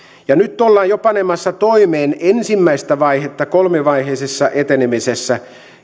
nyt ollaan jo panemassa toimeen ensimmäistä vaihetta kolmivaiheisessa etenemisessä